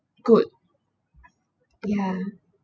good ya